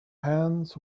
hands